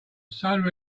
solar